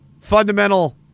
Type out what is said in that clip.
fundamental